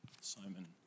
Simon